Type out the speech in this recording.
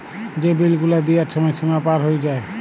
যে বিল গুলা দিয়ার ছময় সীমা পার হঁয়ে যায়